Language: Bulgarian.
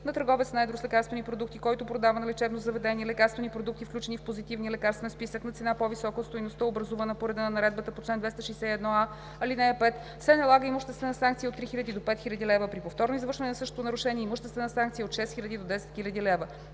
На търговец на едро с лекарствени продукти, който продава на лечебно заведение лекарствени продукти, включени в Позитивния лекарствен списък, на цена, по-висока от стойността, образувана по реда на наредбата по чл. 261а, ал. 5, се налага имуществена санкция от 3000 до 5000 лв., а при повторно извършване на същото нарушение-имуществена санкция от 6000 до 10 000 лв.“